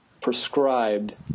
prescribed